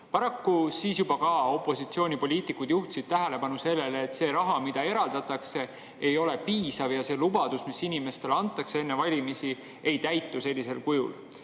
Paraku juba siis opositsioonipoliitikud juhtisid tähelepanu sellele, et see raha, mis eraldatakse, ei ole piisav ja see lubadus, mis inimestele antakse enne valimisi, sellisel kujul